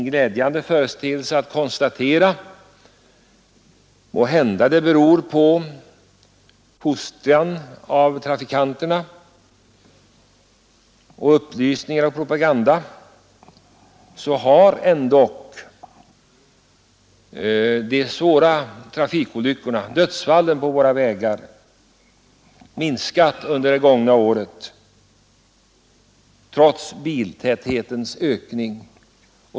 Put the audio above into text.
Måhända beror det på fostran av trafikanterna, upplysning och propaganda — de svåra trafikolyckorna, dödsfallen på våra vägar, har ändock minskat under det gångna året, trots biltäthetens ökning.